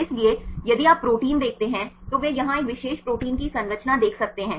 इसलिए यदि आप प्रोटीन देखते हैं तो वे यहाँ एक विशेष प्रोटीन की संरचना देख सकते हैं